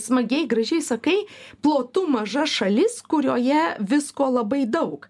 smagiai gražiai sakai plotu maža šalis kurioje visko labai daug